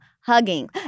hugging